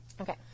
Okay